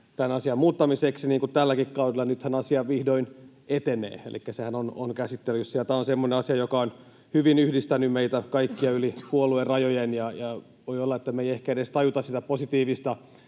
tämän asian muuttamiseksi, niin kuin tälläkin kaudella. Nythän asia vihdoin etenee, elikkä sehän on käsittelyssä. Ja tämä on semmoinen asia, joka on hyvin yhdistänyt meitä kaikkia yli puoluerajojen. Voi olla, että me ei ehkä edes tajuta sitä positiivista